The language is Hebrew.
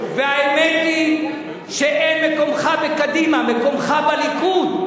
והאמת היא שאין מקומך בקדימה, מקומך בליכוד.